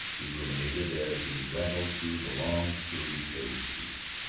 he ruminated, as he rattled through the long, crude, airy streets.